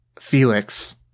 Felix